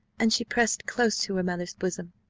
and she pressed close to her mother's bosom,